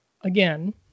again